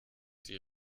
die